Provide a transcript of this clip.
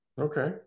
Okay